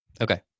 Okay